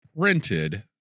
printed